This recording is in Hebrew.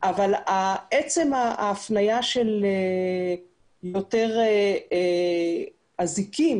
אבל עצם ההפניה של יותר אזיקים,